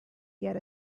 get